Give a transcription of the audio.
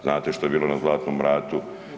Znat što je bilo na Zlatnom ratu?